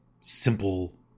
simple